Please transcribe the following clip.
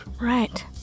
Right